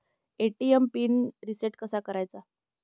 ATM pin reset कसा करायचा?